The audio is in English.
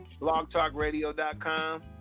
blogtalkradio.com